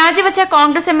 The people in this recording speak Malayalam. രാജിവച്ച കോൺഗ്രസ് എം